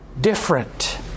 different